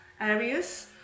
areas